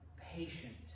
patient